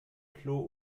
klo